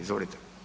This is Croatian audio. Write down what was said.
Izvolite.